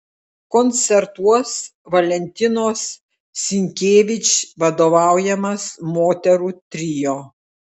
koncertuos valentinos sinkevič vadovaujamas moterų trio